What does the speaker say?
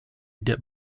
dip